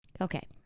Okay